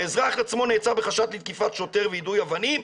האזרח עצמו נעזר בחשד לתקיפת שוטר ויידוי אבנים,